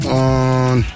on